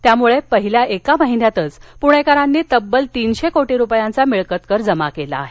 त्यामुळेच पहिल्या एका महिन्यातच पुणेकरांनी तब्बल तीनशे कोटी रुपयांचा मिळकत कर जमा केला आहे